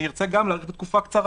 אני ארצה להאריך לתקופה קצרה,